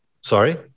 Sorry